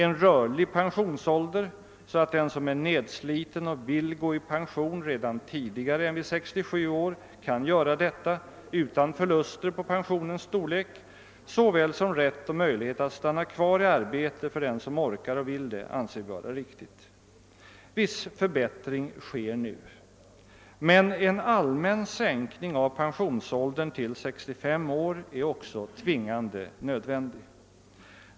En rörlig pensionsålder, så att den som är nedsliten och vill gå i pension redan tidigare än vid 67 år kan göra detta utan förluster på pensionens storlek, såväl som rätt och möjlighet att stanna kvar i arbetet för den som vill och orkar det, anser vi vara riktig. En viss förbättring sker nu. Men en allmän sänkning av pensionsåldern till 65 år är också tvingande nödvändig.